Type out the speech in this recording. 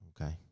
Okay